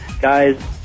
Guys